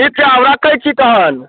ठीक छै आब राखै छी तहन